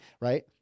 right